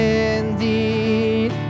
indeed